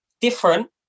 different